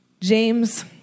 James